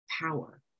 power